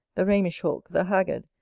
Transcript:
the ramish hawk, the haggard,